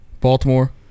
baltimore